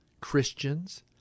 Christians